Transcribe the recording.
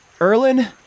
Erlin